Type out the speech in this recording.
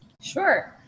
Sure